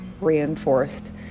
reinforced